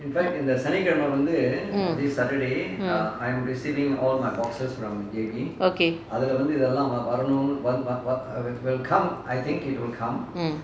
mm mm okay mm